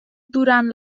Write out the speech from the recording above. durant